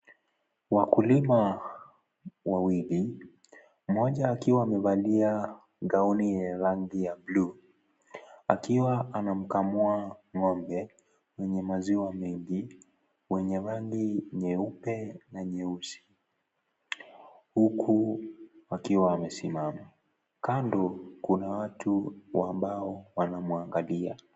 Wakulima wawili, mmoja akiwa amevalia, gauni yenye rangi ya blue ,akiwa anamkamua ng'ombe, wenye maziwa mengi, mwenye rangi nyeupe na nyeusi, huku wakiwa wamesimama. Kando, kuna watu wa, ambao wanamwangalia.